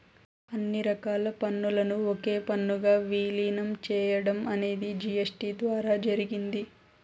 అన్ని రకాల పన్నులను ఒకే పన్నుగా విలీనం చేయడం అనేది జీ.ఎస్.టీ ద్వారా జరిగింది